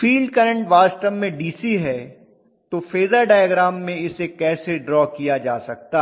field current वास्तव में DC है तो फेजर डायग्राम में इसे कैसे ड्रा किया जा सकता है